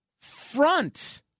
front